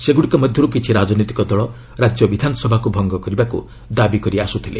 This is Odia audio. ସେଗ୍ରଡ଼ିକ ମଧ୍ୟର୍ କିଛି ରାଜନୈତିକ ଦଳ ରାଜ୍ୟ ବିଧାନସଭାକୁ ଭଙ୍ଗ କରିବାକୁ ଦାବି କରି ଆସୁଥିଲେ